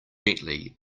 gently